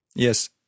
Yes